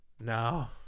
no